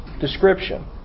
description